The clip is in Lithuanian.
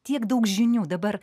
tiek daug žinių dabar